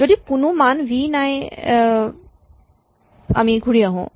যদি কোনো মান ভি নাই আমি ঘূৰি আহো